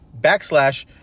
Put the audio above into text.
backslash